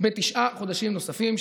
בתשעה חודשים נוספים,